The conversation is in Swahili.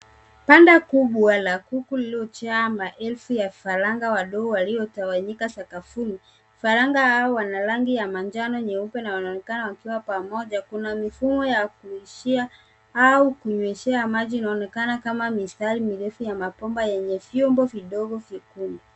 Banda kubwa la kuku lililojaa maelfu ya vifaranga wadogo waliotawanyika sakafuni. Vifaranga hao wana rangi ya manjano nyeupe na wanaonekana wakiwa kwa pamoja. Kuna mifumo ya kulishia au kunyweshea maji inaonekana kama mistari mirefu ya mabomba yenye vyombo vidogo vyekundu.